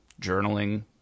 journaling